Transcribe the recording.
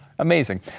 Amazing